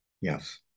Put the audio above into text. Yes